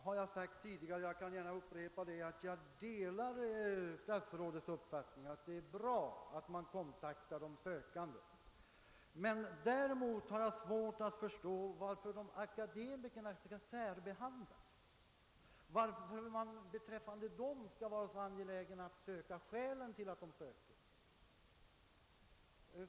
Jag vill gärna upprepa vad jag sagt tidigare att jag delar statsrådets uppfattning att det är bra att de sökande kontaktas. Däremot har jag svårt att förstå varför akademikerna skall särbehandlas, varför man beträffande just dem är så angelägen att finna skälen till att de söker.